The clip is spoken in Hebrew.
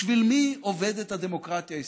בשביל מי עובדת הדמוקרטיה הישראלית?